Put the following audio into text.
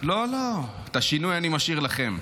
לא, לא, את השינוי אני משאיר לכם.